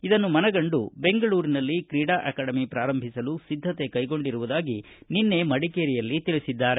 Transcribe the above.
ಇದನ್ನು ಮನಗಂಡು ಬೆಂಗಳೂರಿನಲ್ಲಿ ಕ್ರೀಡಾ ಅಕಾಡೆಮಿ ಪಾರಂಭಿಸಲು ಸಿದ್ದಕೆ ಕೈಗೊಂಡಿರುವುದಾಗಿ ನಿನ್ನೆ ಮಡಿಕೇರಿಯಲ್ಲಿ ತಿಳಿಸಿದ್ದಾರೆ